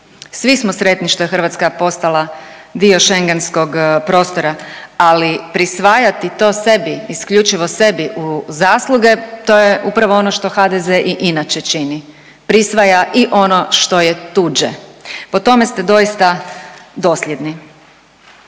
Svi smo sretni što je Hrvatska postala dio Schengenskog prostora, ali prisvajati do sebi, isključivo sebi u zasluge to je upravo ono što HDZ i inače čini – prisvaja i ono što je tuđe. Po tome ste doista dosljedni.